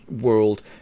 world